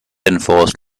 enforced